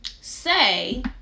Say